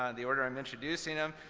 and the order i'm introducing them.